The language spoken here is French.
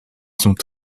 sont